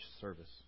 service